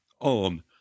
on